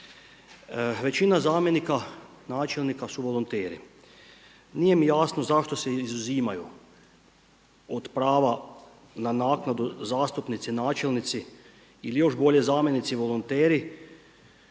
Većina zamjenika načelnika su volonteri, nije mi jasno zašto se izuzimaju od prava na naknadu zastupnici načelnici ili još bolje zamjenici volonteri